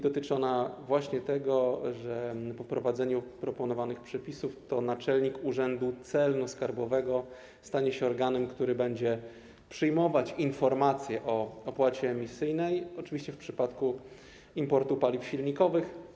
Dotyczy ona właśnie tego, że po wprowadzeniu proponowanych przepisów to naczelnik urzędu celno-skarbowego stanie się organem, który będzie przyjmować informacje o opłacie emisyjnej, oczywiście w przypadku importu paliw silnikowych.